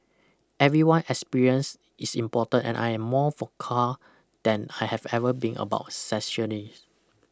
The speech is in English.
everyone experience is important and I am more vocal than I have ever been about